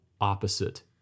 opposite